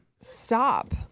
Stop